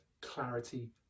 clarity